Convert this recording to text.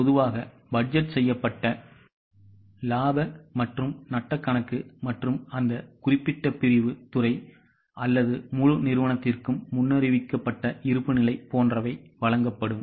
பொதுவாக பட்ஜெட் செய்யப்பட்ட லாப மற்றும் நட்ட கணக்கு மற்றும் அந்த குறிப்பிட்ட பிரிவு துறை அல்லது முழுநிறுவனத்திற்கும்முன்னறிவிக்கப்பட்ட இருப்புநிலை போன்றவை வழங்கப்படும்